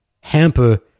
hamper